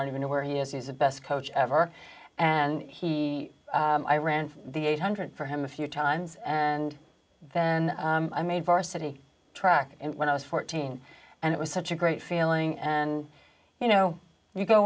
you know where he is he's the best coach ever and he i ran the eight hundred for him a few times and then i made varsity track when i was fourteen and it was such a great feeling and you know you go